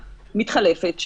מתחלפת,